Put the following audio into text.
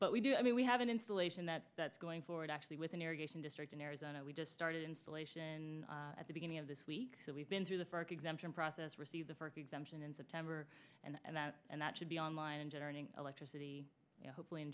but we do i mean we have an installation that that's going forward actually with an irrigation district in arizona we just started installation at the beginning of this week so we've been through the fark exemption process receive the first exemption in september and that and that should be online and generating electricity hopefully in